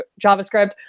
JavaScript